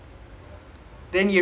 oh ya that's the problem ya